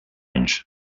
anys